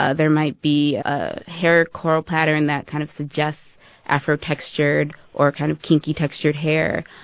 ah there might be a hair curl pattern that kind of suggests afro-textured or kind of kinky-textured hair.